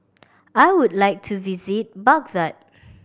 I would like to visit Baghdad